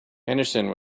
henderson